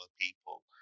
people